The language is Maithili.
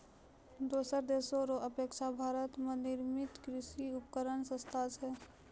दोसर देशो रो अपेक्षा भारत मे निर्मित कृर्षि उपकरण सस्ता छै